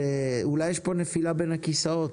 שאולי יש פה נפילה בין הכיסאות,